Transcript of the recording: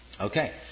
Okay